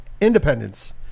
Independence